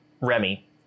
Remy